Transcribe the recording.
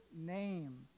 name